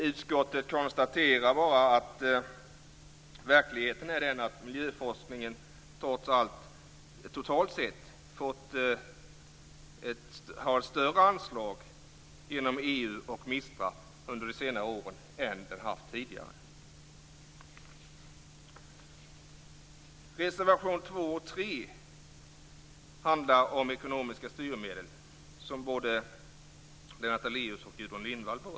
Utskottet konstaterar att verkligheten är den att miljöforskningen trots allt totalt sett under senare år har fått större anslag genom EU och Reservationerna 2 och 3 handlar om ekonomiska styrmedel, som både Lennart Daléus och Gudrun Lindvall berörde.